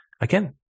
Again